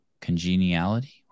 congeniality